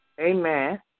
Amen